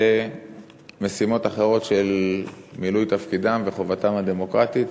במשימות אחרות של מילוי תפקידם וחובתם הדמוקרטית.